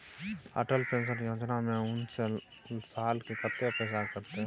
Atal pension Yojana में उनैस साल के कत्ते पैसा कटते?